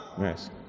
Yes